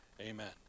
amen